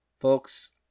Folks